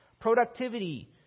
productivity